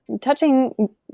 touching